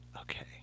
Okay